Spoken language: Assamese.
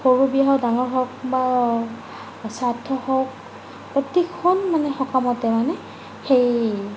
সৰু বিয়া হওক ডাঙৰ হওক বা শ্ৰাদ্ধ হওক প্ৰতিখন মানে সকামতে মানে সেই